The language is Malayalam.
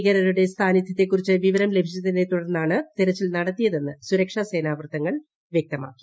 ഭീകരരുടെ സാന്നിധ്യത്തെക്കുറിച്ച് വിവരം ലഭിച്ചതിനെ തുടർന്നാണ് തെരച്ചിൽ നടത്തിയതെന്ന് സുരക്ഷാസേന വൃത്തങ്ങൾ വ്യക്തമാക്കി